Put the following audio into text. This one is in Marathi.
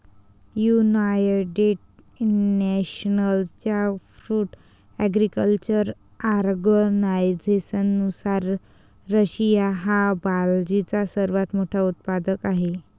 युनायटेड नेशन्सच्या फूड ॲग्रीकल्चर ऑर्गनायझेशननुसार, रशिया हा बार्लीचा सर्वात मोठा उत्पादक आहे